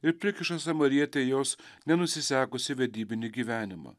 ir prikiša samarietei jos nenusisekusį vedybinį gyvenimą